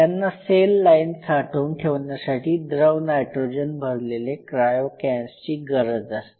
त्यांना cell line साठवून ठेवण्यासाठी द्रव नायट्रोजन भरलेले क्रायो कॅन्सची गरज असते